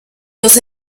los